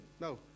No